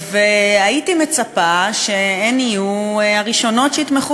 והייתי מצפה שהן יהיו הראשונות שיתמכו